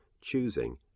choosing